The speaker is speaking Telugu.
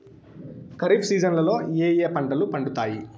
ఖరీఫ్ సీజన్లలో ఏ ఏ పంటలు పండుతాయి